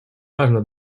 важно